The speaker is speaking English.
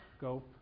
go